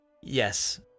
Yes